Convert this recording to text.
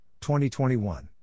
2021